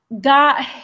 God –